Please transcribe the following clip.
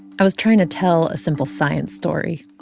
i was trying to tell a simple science story,